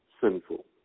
sinful